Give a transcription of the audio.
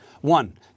One